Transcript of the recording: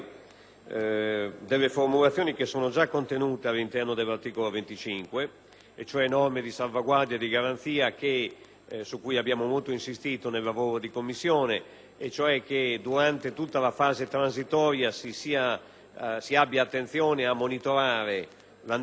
(norme di salvaguardia e garanzia, su cui abbiamo molto insistito nel lavoro di Commissione), e cioè che durante tutta la fase transitoria si abbia attenzione a monitorare l'andamento dei costi e delle spese, in modo da evitare appesantimenti della pressione fiscale.